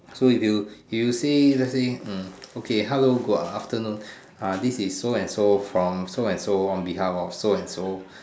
so if you if you see let's say hmm okay hello good afternoon ah this is so and so from so and so on behalf of so and so